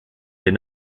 did